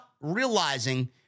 realizing